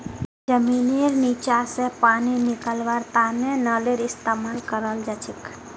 जमींनेर नीचा स पानी निकलव्वार तने नलेर इस्तेमाल कराल जाछेक